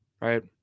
right